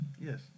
Yes